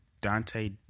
Dante